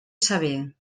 saber